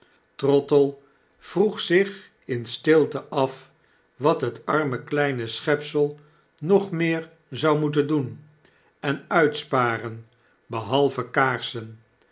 trottle vroeg zich in stilte af wat het arme kleine schepsel nog meer zou moeten doen en uitsparen behake kaarsen